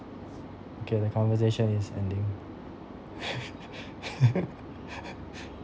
okay the conversation is ending